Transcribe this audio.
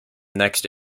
next